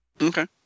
Okay